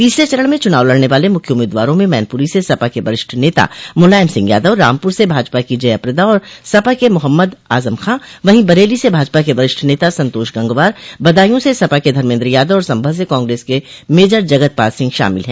तीसरे चरण में चुनाव लड़ने वाले मुख्य उम्मीदवारों में मैनपूरी से सपा के वरिष्ठ नेता मूलायम सिंह यादव रामपूर से भाजपा की जया प्रदा और सपा के मोहम्मद आजम खां वहीं बरेली से भाजपा के वरिष्ठ नेता संतोष गंगवार बदायूं से सपा के धर्मेन्द्र यादव और संभल से कांग्रेस के मेजर जगतपाल सिंह शामिल है